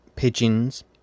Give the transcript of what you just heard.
pigeons